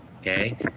Okay